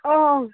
অঁ